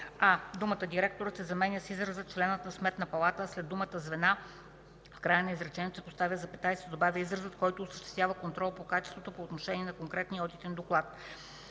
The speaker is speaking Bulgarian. а) думата „директорът” се заменя с израза „членът на Сметната палата”, а след думата „звена” в края на изречението се поставя запетая и се добавя изразът „който осъществява контрол по качеството по отношение на конкретния одитен доклад”.